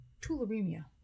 Tularemia